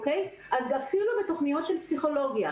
ואפילו בתוכניות של פסיכולוגיה.